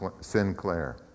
Sinclair